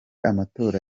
amatora